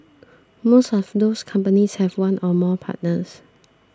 most of those companies have one or more partners